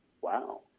Wow